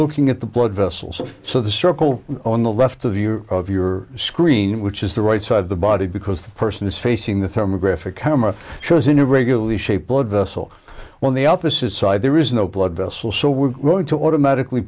looking at the blood vessels so the circle on the left of your of your screen which is the right side of the body because the person is facing the term graphic camera shows in irregularly shaped blood vessel on the opposite side there is no blood vessel so we're going to automatically